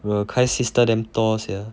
bro kyle's sister damn tall sian